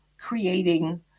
creating